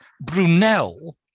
Brunel